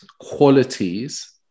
qualities